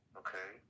okay